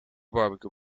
barbecue